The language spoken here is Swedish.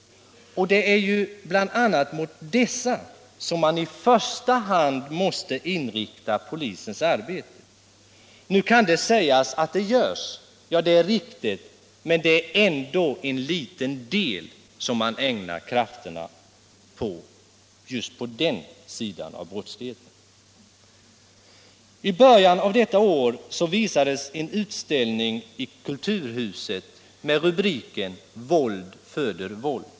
Det är bl.a. mot dessa som man i första hand måste inrikta polisens arbete. Nu kan det sägas att detta görs. Det är riktigt, men det är ändå bara en liten del av krafterna som ägnas åt just den brottsligheten. I början av detta år visades en utställning i Kulturhuset med rubriken Våld föder våld.